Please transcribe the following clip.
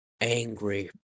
Angry